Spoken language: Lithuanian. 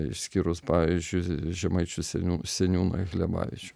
išskyrus pavyzdžiui žemaičių seniūną seniūną klimavičių